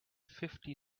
fifty